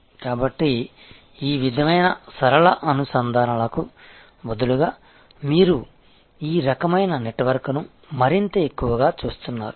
కాబట్టి ఈ విధమైన సరళ అనుసంధానాలకు బదులుగా మీరు ఈ రకమైన నెట్వర్క్ను మరింత ఎక్కువగా చూస్తున్నారు